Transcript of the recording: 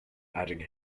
adding